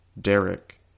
Derek